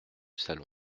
salon